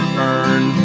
burn